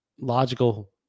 logical